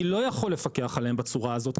אני לא יכול לפקח עליהם בצורה הזאת,